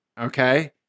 okay